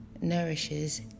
nourishes